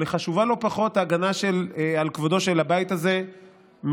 אבל חשובה לא פחות ההגנה על כבודו של הבית הזה מאנשים,